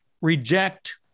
reject